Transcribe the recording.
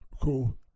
cool